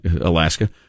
Alaska